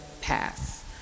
pass